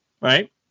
right